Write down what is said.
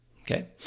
okay